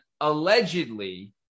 allegedly